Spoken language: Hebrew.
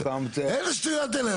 איזה שטויות אלה?